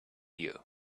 you